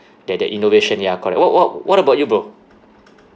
that that innovation ya correct wha~ wha~ what about you bro